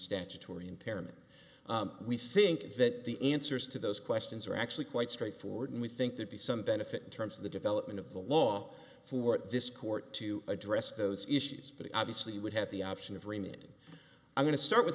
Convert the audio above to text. statutory impairment we think that the answers to those questions are actually quite straightforward and we think there be some benefit in terms of the development of the law for this court to address those issues but obviously you would have the option of remaining i'm going to start with